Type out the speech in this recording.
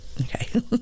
okay